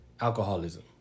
alcoholism